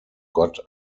gott